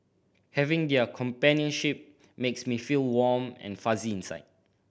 having their companionship makes me feel warm and fuzzy inside